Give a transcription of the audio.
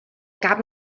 cap